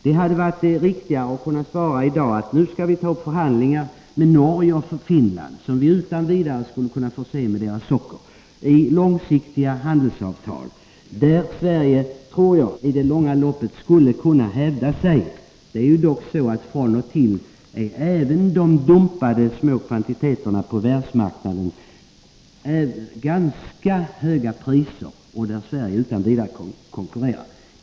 Det hade varit riktigare att tala om i dag att nu skall vi ta upp förhandlingar med Norge och Finland, som vi utan vidare skulle kunna förse med socker. Det skulle innebära långsiktiga handelsavtal. Jag tror att Sverige i det långa loppet skulle kunna hävda sig väl. Det är dock så att även de dumpade småkvantiteterna på världsmarknaden till och från har ganska höga priser. Där skulle Sverige utan vidare kunna konkurrera.